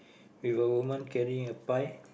with a woman carrying a pie